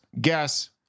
guess